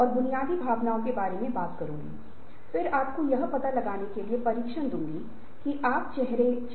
और इस दुनिया में एकमात्र स्थिर परिवर्तन अपरिहार्य है और परिवर्तन अपरिहार्य है